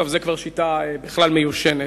טוב, זאת כבר שיטה בכלל מיושנת.